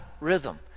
rhythm